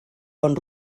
bon